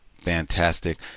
fantastic